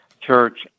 Church